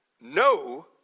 no